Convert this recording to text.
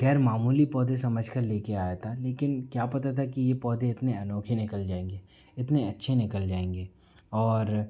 गैर मामूली पौधे समझ कर लेकर आया था लेकिन क्या पता था कि यह पौधे इतने अनोखे निकल जाएँगे इतने अच्छे निकल जाएँगे और